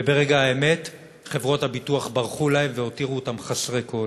וברגע האמת חברות הביטוח ברחו להם והותירו אותם חסרי כול.